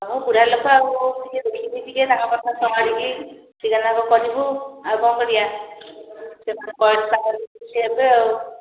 ହଁ ବୁଢା ଲୋକ ଆଉ ଟିକେ ଦେଖିକିରି ଟିକେ ତାଙ୍କ କଥା ସମ୍ଭାଳିକି ସେବା ଯତ୍ନ କରିବୁ ଆଉ କଣ କରିବା ସିଏ ହେବେ ଆଉ